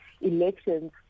elections